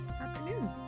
afternoon